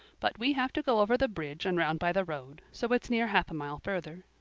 but we have to go over the bridge and round by the road, so it's near half a mile further.